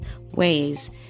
ways